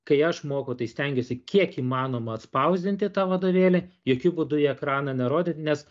kai aš mokau tai stengiuosi kiek įmanoma atspausdinti tą vadovėlį jokiu būdu į ekraną nerodyt nes